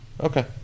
Okay